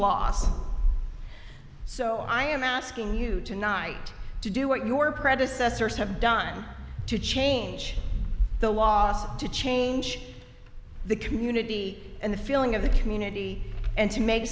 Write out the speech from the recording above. laws so i am asking you tonight to do what your predecessors have done to change the laws to change the community and the feeling of the community and to make